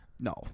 no